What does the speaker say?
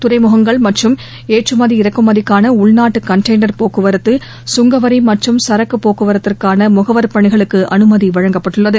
துறைமுகங்கள் மற்றும் ஏற்றுமதி இறக்குமதிக்கான உள்நாட்டு கண்டெய்னர் போக்குவரத்து சுங்கவரி மற்றும் சரக்கு போக்குவரத்திற்கான முகவர் பணிகளுக்கு அனுமதி வழங்கப்பட்டுள்ளது